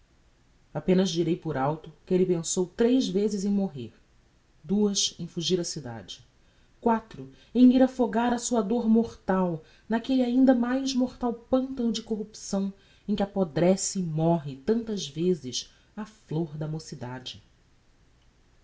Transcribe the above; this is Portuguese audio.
apenas direi por alto que elle pensou tres vezes em morrer duas em fugir á cidade quatro em ir affogar a sua dor mortal naquelle ainda mais mortal pantano de corrupção em que apodrece e morre tantas vezes a flor da mocidade